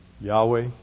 Yahweh